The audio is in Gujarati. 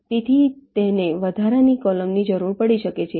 તેથી તેને વધારાના કૉલમની જરૂર પડી શકે છે